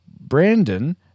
Brandon